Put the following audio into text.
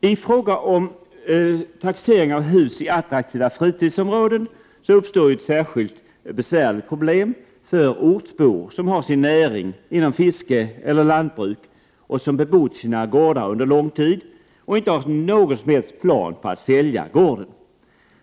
I fråga om taxering av hus i attraktiva fritidsområden uppstår ett särskilt Prot. 1988/89:124 besvärligt problem för ortsbor som har sin näring inom fiske eller lantbruk 30 maj 1989 och som bebott sina gårdar under lång tid och inte har någon som helst plan på att sälja gården.